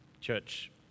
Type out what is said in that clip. church